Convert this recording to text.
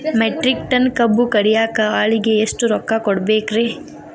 Metric ton ಕಬ್ಬು ಕಡಿಯಾಕ ಆಳಿಗೆ ಎಷ್ಟ ರೊಕ್ಕ ಕೊಡಬೇಕ್ರೇ?